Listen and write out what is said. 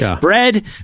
bread